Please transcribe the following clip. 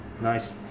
Nice